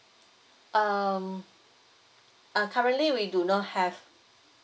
um ah currently we do not have